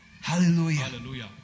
Hallelujah